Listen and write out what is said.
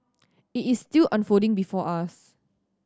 it is still unfolding before us